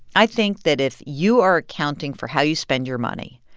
i think that if you are accounting for how you spend your money,